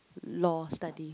Law study